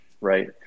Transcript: right